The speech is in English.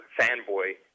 fanboy